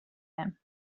him